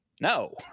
no